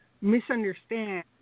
misunderstand